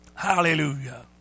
Hallelujah